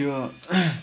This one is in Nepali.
त्यो